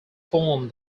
formed